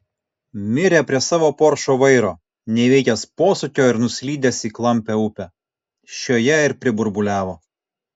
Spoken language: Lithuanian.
mirė prie savo poršo vairo neįveikęs posūkio ir nuslydęs į klampią upę šioje ir priburbuliavo